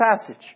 passage